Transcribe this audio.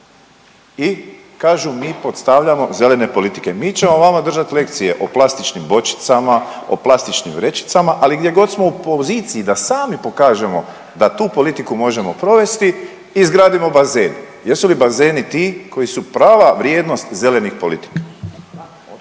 I kažu mi postavljamo zelene politike. Mi ćemo vama držati lekcije o plastičnim bočicama, o plastičnim vrećicama, ali gdjegod smo u poziciji da sami pokažemo da tu politiku možemo provesti izgradimo bazen. Jesu li bazeni ti koji su prava vrijednost zelenih politika?